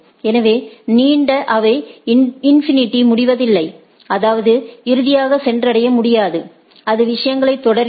எனவே நீண்ட அவை இன்ஃபினிடியில் முடிவதில்லை அதாவது இறுதியாக சென்றடைய முடியாது அது விஷயங்களைத் தொடர்கிறது